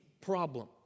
problem